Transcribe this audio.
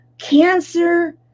cancer